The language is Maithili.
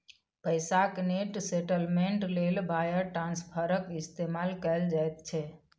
पैसाक नेट सेटलमेंट लेल वायर ट्रांस्फरक इस्तेमाल कएल जाइत छै